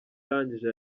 arangije